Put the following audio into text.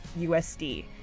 USD